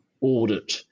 audit